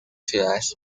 ciudades